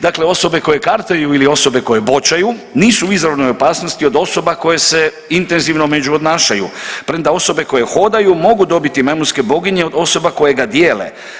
Dakle, osobe koje kartaju ili osobe koje boćaju nisu u izravnoj opasnosti od osoba koje se intenzivno međuodnašaju premda osobe koje hodaju mogu dobiti majmunske boginje od osobe koje ga dijele.